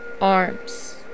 arms